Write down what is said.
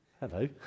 Hello